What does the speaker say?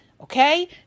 Okay